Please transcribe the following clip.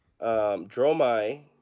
Dromai